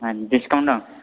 मानि डिस्काउन्ट दं